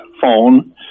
phone